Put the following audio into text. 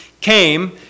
came